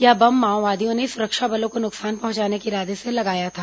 यह बम माओवादियों ने सुरक्षा बलों को नुकसान पहुंचाने के इरादे से लगाया था